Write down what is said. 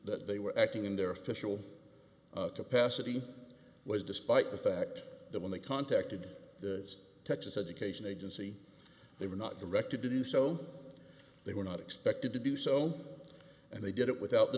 that they were acting in their official capacity was despite the fact that when they contacted the texas education agency they were not directed to do so they were not expected to do so and they did it without the